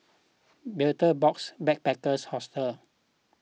Betel Box Backpackers Hostel